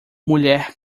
mulher